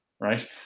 Right